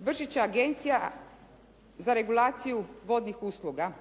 …/Govornik se ne razumije./… Agencija za regulaciju vodnih usluga.